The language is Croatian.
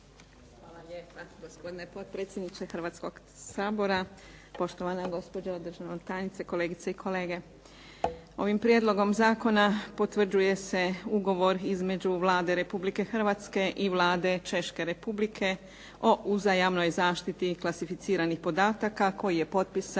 Hvala lijepo. Gospodine potpredsjedniče Hrvatskog sabora, poštovana gospođo državna tajnice, kolegice i kolege. Ovim prijedlogom zakona potvrđuje se ugovor između Vlada Republike Hrvatske i Vlade Češke Republike o uzajamnoj zaštiti klasificiranih podataka koji je potpisan